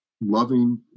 loving